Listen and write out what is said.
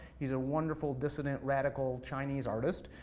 he's a wonderful dissident radical chinese artist,